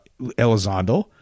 Elizondo